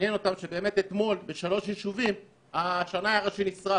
מעניין אותם שבאמת אתמול בשלושה יישובים השנאי הראשי נשרף.